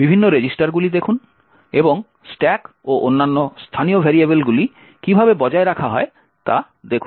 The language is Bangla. বিভিন্ন রেজিস্টার গুলি দেখুন এবং স্ট্যাক ও অন্যান্য স্থানীয় ভেরিয়েবলগুলি কীভাবে বজায় রাখা হয় তা দেখুন